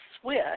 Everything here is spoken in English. switch